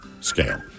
scale